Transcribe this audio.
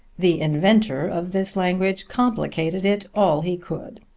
the inventor of this language complicated it all he could.